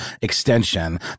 extension